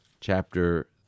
chapter